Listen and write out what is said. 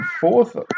fourth